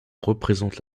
représentent